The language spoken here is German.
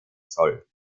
soll